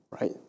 right